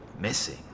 Missing